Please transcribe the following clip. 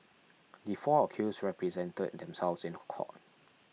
the four accused represented themselves in court